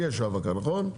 יש האבקה, נכון?